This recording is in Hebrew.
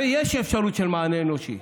הרי יש אפשרות של מענה אנושי.